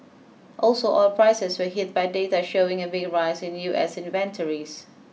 also oil prices were hit by data showing a big rise in U S inventories